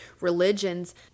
religions